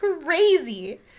crazy